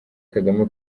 kagame